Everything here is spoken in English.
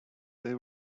they